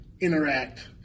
interact